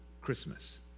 Christmas